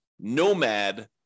nomad